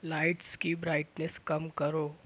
lights کی brightness کم کرو